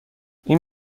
این